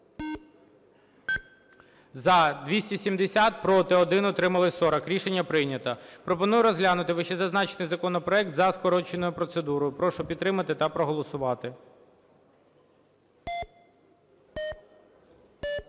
За-270 Проти – 1, утримались – 40. Рішення прийнято. Пропоную розглянути вищезазначений законопроект за скороченою процедурою. Прошу підтримати та проголосувати. 13:56:55